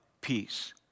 peace